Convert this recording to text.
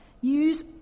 use